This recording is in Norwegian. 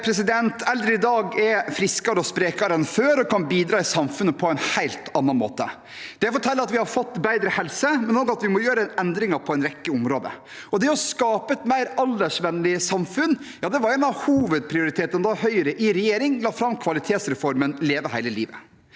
Eldre i dag er friskere og sprekere enn før og kan bidra i samfunnet på en helt annen måte. Det forteller at vi har fått bedre helse, men også at vi må gjøre endringer på en rekke områder. Det å skape et mer aldersvennlig samfunn var en av hovedprioritetene da Høyre i regjering la fram kvalitetsreformen Leve hele livet.